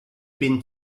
bin